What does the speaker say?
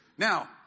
Now